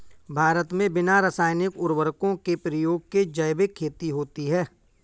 भारत मे बिना रासायनिक उर्वरको के प्रयोग के जैविक खेती होती है